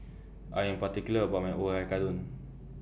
I Am particular about My Oyakodon